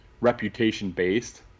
reputation-based